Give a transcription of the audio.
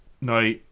Now